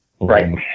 Right